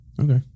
Okay